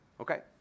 Okay